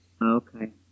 Okay